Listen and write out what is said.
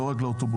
לא רק לאוטובוסים.